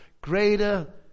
greater